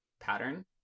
pattern